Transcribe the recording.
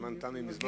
הזמן תם כבר מזמן.